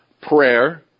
prayer